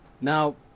now